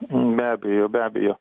be abejo be abejo